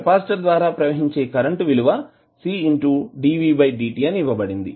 capacitor ద్వారా ప్రవహించే current విలువ C dv dt అని ఇవ్వబడింది